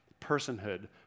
personhood